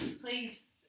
Please